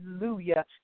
Hallelujah